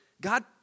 God